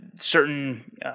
certain